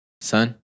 son